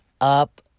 up